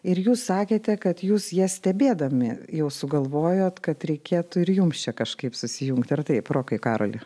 ir jūs sakėte kad jūs jas stebėdami jau sugalvojot kad reikėtų ir jums čia kažkaip susijungti ar taip rokai karoli